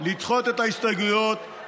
לדחות את ההסתייגויות,